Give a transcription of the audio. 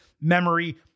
memory